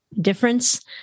difference